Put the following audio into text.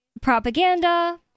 propaganda